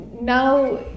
now